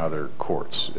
other courts